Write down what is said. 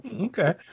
Okay